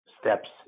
steps